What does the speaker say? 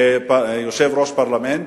כיושב-ראש פרלמנט,